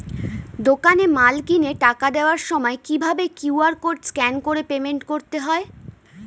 দোকানে মাল কিনে টাকা দেওয়ার সময় কিভাবে কিউ.আর কোড স্ক্যান করে পেমেন্ট করতে হয়?